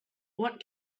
what